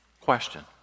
question